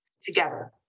together